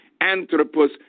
Anthropus